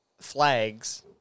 flags